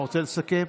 אתה רוצה לסכם?